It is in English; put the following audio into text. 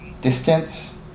distance